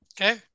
Okay